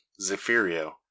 zephyrio